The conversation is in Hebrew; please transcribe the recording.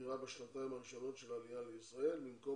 דירה בשנתיים הראשונות לעלייה לישראל במקום